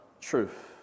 truth